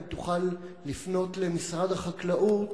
אם תוכל לפנות למשרד החקלאות